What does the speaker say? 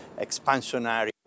expansionary